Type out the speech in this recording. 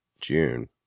June